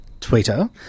Twitter